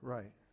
Right